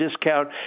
discount